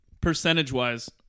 Percentage-wise